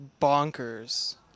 bonkers